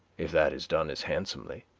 if that is done as handsomely